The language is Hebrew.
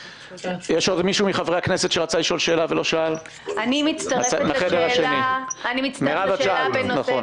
בסכום מסוים של כסף, כי אני יודע היום על